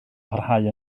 parhau